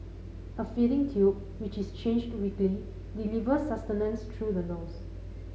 a feeding tube which is changed weekly delivers sustenance through the nose